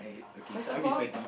for example